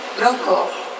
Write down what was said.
Rocco